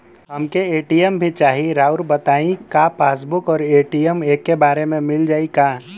हमके ए.टी.एम भी चाही राउर बताई का पासबुक और ए.टी.एम एके बार में मील जाई का?